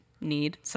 need